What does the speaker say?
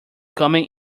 coming